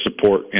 support